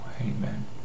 Amen